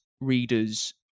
readers